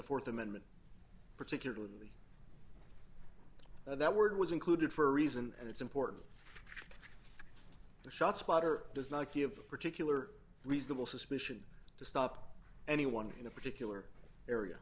th amendment particularly that word was included for a reason and it's important the shot spotter does not give particular reasonable suspicion to stop anyone in a particular area